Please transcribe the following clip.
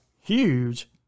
huge